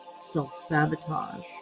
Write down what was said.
self-sabotage